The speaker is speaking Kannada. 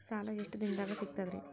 ಸಾಲಾ ಎಷ್ಟ ದಿಂನದಾಗ ಸಿಗ್ತದ್ರಿ?